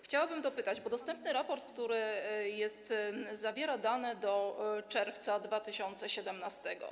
Chciałabym dopytać, bo dostępny raport, który jest, zawiera dane do czerwca roku 2017: